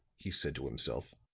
he said to himself.